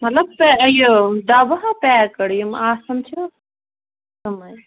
مطلب پے یہِ ڈَبہٕ ہا پیکٕڈ یِم آسان چھِ تِمَے